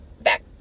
back